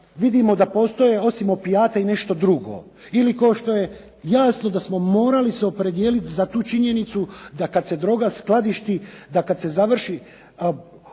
vidimo da postoje osim opijata i nešto drugo, ili kao što je jasno da smo morali se opredijeliti za tu činjenicu da kad se droga skladišti, da kad se završi